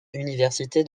université